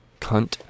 cunt